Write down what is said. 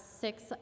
six